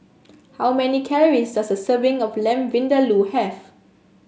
how many calories does a serving of Lamb Vindaloo have